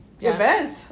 event